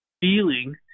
feeling